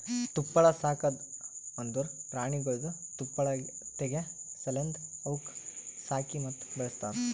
ತುಪ್ಪಳ ಸಾಕದ್ ಅಂದುರ್ ಪ್ರಾಣಿಗೊಳ್ದು ತುಪ್ಪಳ ತೆಗೆ ಸಲೆಂದ್ ಅವುಕ್ ಸಾಕಿ ಮತ್ತ ಬೆಳಸ್ತಾರ್